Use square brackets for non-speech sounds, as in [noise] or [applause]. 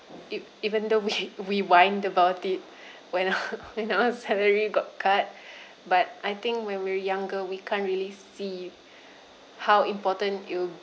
ev~ even though we we whine about it when our [laughs] when our salary got cut but I think when we're younger we can't really see how important it will